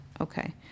Okay